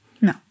No